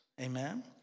Amen